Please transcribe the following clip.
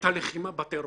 את הלחימה בטרור.